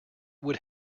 would